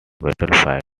battlefield